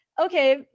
okay